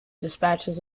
dispatches